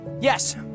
Yes